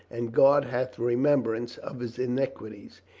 and god hath remembrance of his iniquities.